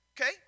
Okay